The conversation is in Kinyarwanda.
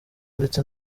ndetse